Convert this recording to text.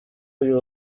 uyu